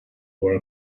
were